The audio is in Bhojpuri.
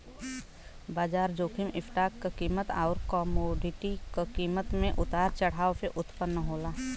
बाजार जोखिम स्टॉक क कीमत आउर कमोडिटी क कीमत में उतार चढ़ाव से उत्पन्न होला